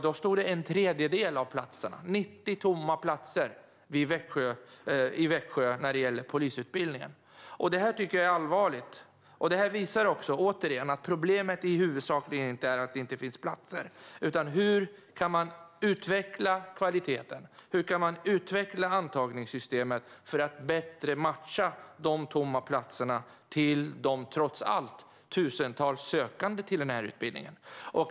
Där stod en tredjedel av platserna tomma - 90 tomma platser på polisutbildningen i Växjö. Det här tycker jag är allvarligt, och det visar återigen att det huvudsakliga problemet inte är att det inte finns platser. Hur kan man utveckla kvaliteten? Hur kan man utveckla antagningssystemet för att bättre matcha de platser som står tomma med de trots allt tusentals sökande till den här utbildningen?